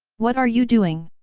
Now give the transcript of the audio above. what are you doing?